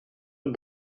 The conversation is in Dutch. een